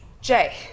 Jay